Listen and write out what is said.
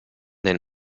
den